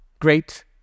great